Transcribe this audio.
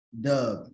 Duh